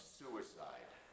suicide